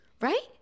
Right